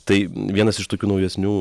tai vienas iš tokių naujesnių